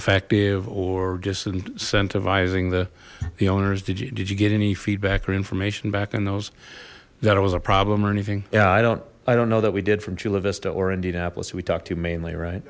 effective or just incentivizing the the owners did you did you get any feedback or information back in those that it was a problem or anything yeah i don't i don't know that we did from chula vista or indianapolis we talked to you mainly right